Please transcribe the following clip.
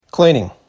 Cleaning